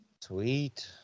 Sweet